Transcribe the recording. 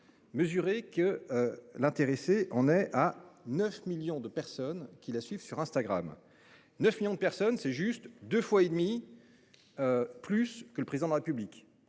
Mesurer que l'intéressé en est à 9 millions de personnes qui la suivent sur Instagram. 9 millions de personnes c'est juste deux fois et demie. Plus que le président de la République